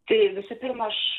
tai visų pirma aš